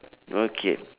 okay